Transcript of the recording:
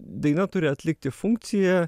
daina turi atlikti funkciją